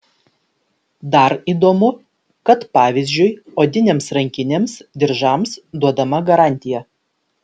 dar įdomu kad pavyzdžiui odinėms rankinėms diržams duodama garantija